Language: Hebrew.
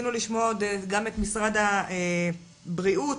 את משרד הבריאות,